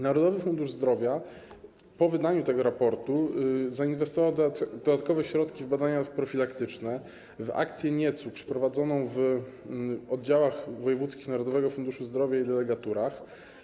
Narodowy Fundusz Zdrowia po wydaniu tego raportu zainwestował dodatkowe środki w badania profilaktyczne, w akcję „Nie cukrz” prowadzoną w oddziałach wojewódzkich Narodowego Funduszu Zdrowia i delegaturach.